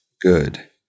good